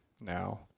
now